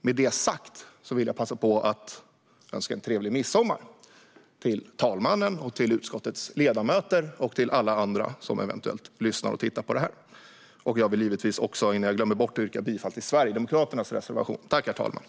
Med detta sagt vill jag passa på att önska en trevlig midsommar till talmannen, utskottets ledamöter och alla andra som eventuellt lyssnar och tittar på detta. Jag vill givetvis också, innan jag glömmer bort det, yrka bifall till Sverigedemokraternas reservation.